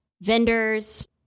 vendors